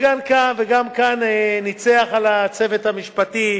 וגם כאן ניצחו על המלאכה הצוות המשפטי,